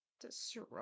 destroy